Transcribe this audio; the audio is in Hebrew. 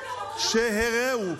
שינויים שהרעו,